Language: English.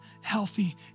healthy